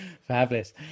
Fabulous